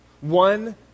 One